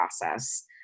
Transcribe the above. process